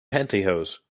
pantyhose